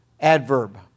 adverb